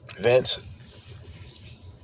Vince